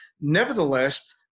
Nevertheless